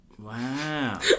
wow